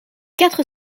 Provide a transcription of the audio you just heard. quatre